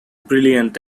brilliant